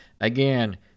again